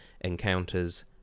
encounters